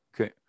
Okay